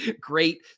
great